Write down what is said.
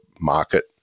market